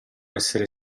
essere